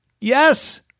Yes